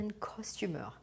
customer